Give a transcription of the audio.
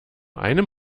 einem